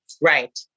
Right